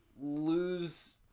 lose